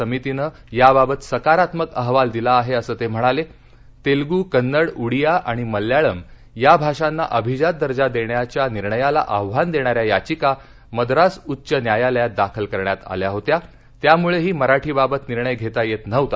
समितीनं याबाबत सकारात्मक अहवाल दिला आहेक्रिसं तक्रिणालक्रिक्त्यू कन्नड उडिया आणि मल्याळम या भाषांना अभिजात दर्जा दक्षिप्या निर्णयाला आव्हान दप्तिच्या याचिका मद्रास उच्च न्यायालयात दाखल करण्यात आल्या होत्या त्यामुळट्टी मराठीबाबत निर्णय घत्ती येत नव्हता